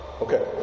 Okay